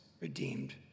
redeemed